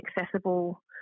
accessible